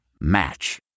Match